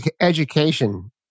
Education